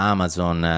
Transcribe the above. Amazon